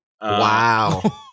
Wow